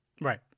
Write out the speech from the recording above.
right